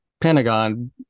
Pentagon